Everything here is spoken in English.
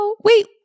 wait